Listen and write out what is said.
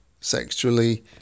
sexually